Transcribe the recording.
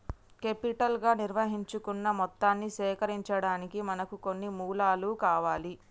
capital గా నిర్ణయించుకున్న మొత్తాన్ని సేకరించడానికి మనకు కొన్ని మూలాలు కావాలి